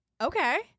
okay